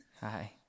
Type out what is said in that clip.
Hi